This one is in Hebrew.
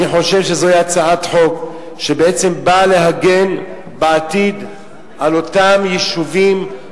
אני חושב שזוהי הצעת חוק שבאה להגן בעתיד על אותם יישובים,